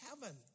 heaven